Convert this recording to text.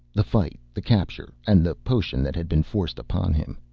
the fight, the capture and the potion that had been forced upon him.